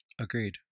Agreed